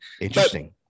Interesting